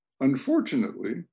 unfortunately